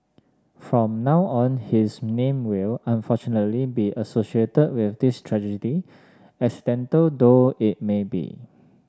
from now on his name will unfortunately be associated with this tragedy accidental though it may be